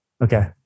Okay